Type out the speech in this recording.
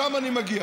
משם אני מגיע.